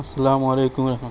السلام علیکم ورحمتہ